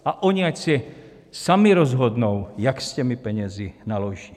A oni ať si sami rozhodnou, jak s těmi penězi naloží.